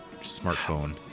smartphone